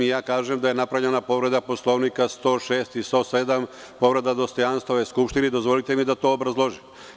Ja kažem da je napravljena povreda Poslovnika, čl. 106. i 107, povreda dostojanstva ove Skupštine i dozvolite mi da to obrazložim.